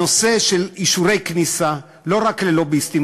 הנושא של אישורי כניסה, לא רק ללוביסטים.